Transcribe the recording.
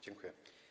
Dziękuję.